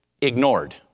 ignored